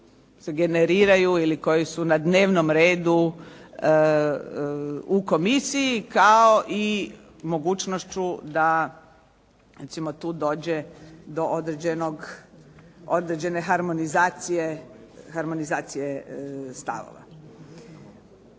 se generiraju ili koji su na dnevnom redu u komisiji kao i mogućnošću da recimo tu dođe do određene harmonizacije stavova.